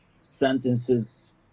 sentences